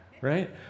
Right